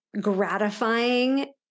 gratifying